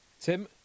Tim